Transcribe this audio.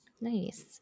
Nice